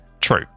True